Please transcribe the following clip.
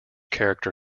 character